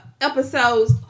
episodes